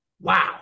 wow